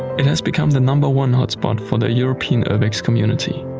it has become the number one hotspot for the european urbex community.